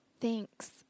Thanks